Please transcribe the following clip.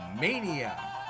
Mania